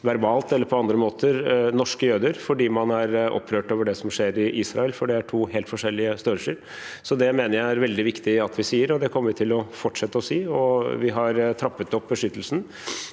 verbalt eller på andre måter på norske jøder fordi man er opprørt over det som skjer i Israel, for det er to helt forskjellige størrelser. Det mener jeg er veldig viktig at vi sier, og det kommer vi til å fortsette å si. Vi har trappet opp beskyttelsen.